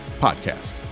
podcast